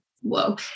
whoa